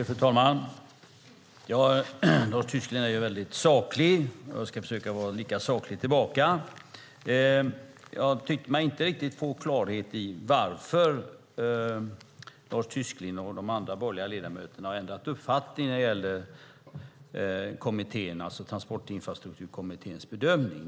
Fru talman! Lars Tysklind är mycket saklig. Jag ska försöka att vara lika saklig tillbaka. Jag tyckte mig inte riktigt få klarhet i varför Lars Tysklind och de andra borgerliga ledamöterna har ändrat uppfattning när det gäller Transportinfrastrukturkommitténs bedömning.